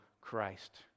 Christ